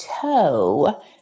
toe